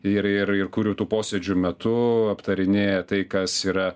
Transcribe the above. ir ir ir kurių tų posėdžių metu aptarinėja tai kas yra